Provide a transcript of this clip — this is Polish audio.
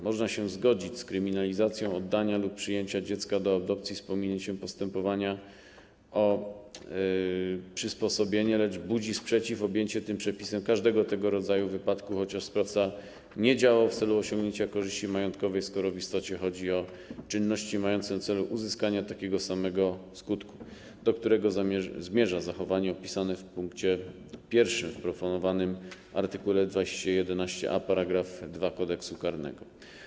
Można się zgodzić z kryminalizacją oddania lub przyjęcia dziecka do adopcji z pominięciem postępowania o przysposobienie, lecz budzi sprzeciw objęcie tym przepisem każdego tego rodzaju wypadku, kiedy sprawca nie działał w celu osiągnięcia korzyści majątkowej, skoro w istocie chodzi o czynności mające na celu uzyskanie takiego samego skutku, do którego zmierza zachowanie opisane w pkt 1 w proponowanym art. 211a § 2 Kodeksu karnego.